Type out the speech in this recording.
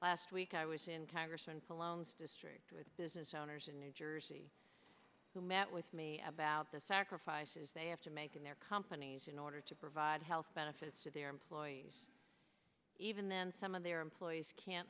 last week i was in congress and colognes district with business owners in new jersey who met with me about the sacrifices they have to make in their companies in order to provide health benefits to their employees even then some of their employees can't